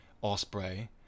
Osprey